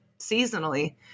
seasonally